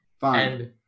Fine